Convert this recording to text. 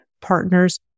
partners